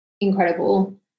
incredible